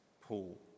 Paul